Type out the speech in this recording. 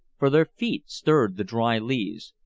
for their feet stirred the dry leaves,